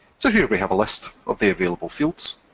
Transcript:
so here we have a list of the available fields.